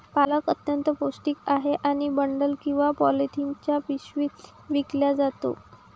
पालक अत्यंत पौष्टिक आहे आणि बंडल किंवा पॉलिथिनच्या पिशव्यात विकला जातो